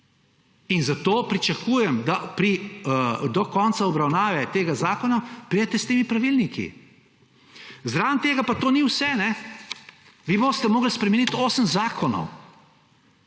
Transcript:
In zato pričakujem, da do konca obravnave tega zakona pridete s temi pravilniki. Zraven tega pa to ni vse. Vi boste morali spremeniti 8 zakonov,